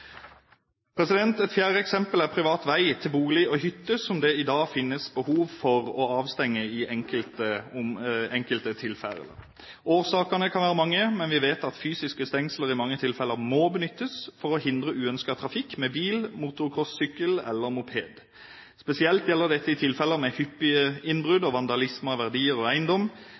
Et fjerde eksempel er privat vei til bolig og hytte, som det i dag finnes behov for å avstenge i enkelte tilfeller. Årsakene kan være mange, men vi vet at fysiske stengsler i mange tilfeller må benyttes for å hindre uønsket trafikk med bil, motorcrossykkel eller moped. Spesielt gjelder dette i tilfeller med hyppige innbrudd og vandalisme av verdier og eiendom,